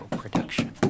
production